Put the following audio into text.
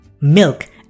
milk